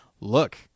look